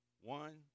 One